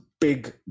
big